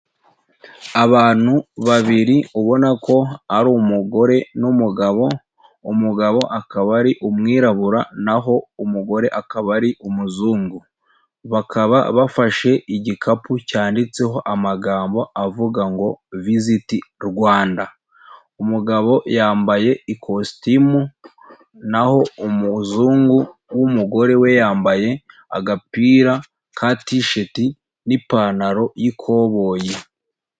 Abantu babiri ubona ko ari umugore n'umugabo, umugabo akaba ari umwirabura naho umugore akaba ari umuzungu. Bakaba bafashe igikapu cyanditseho amagambo avuga ngo Visit Rwanda. Umugabo yambaye ikositimu, naho umuzungu w'umugore we yambaye agapira ka tisheti n'ipantaro y'ikoboyi.